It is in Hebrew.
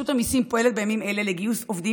רשות המיסים פועלת בימים אלה לגיוס עובדים